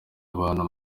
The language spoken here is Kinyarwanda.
bantu